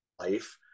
life